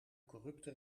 corrupte